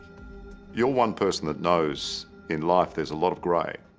you're one person that knows in life. there's a lot of gray